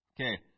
okay